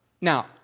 Now